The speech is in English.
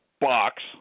box